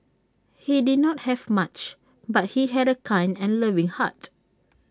he did not have much but he had A kind and loving heart